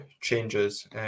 changes